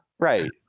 Right